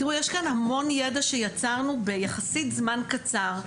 תראו יש כאן המון ידע שיצרנו ביחסית זמן קצר,